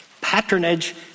Patronage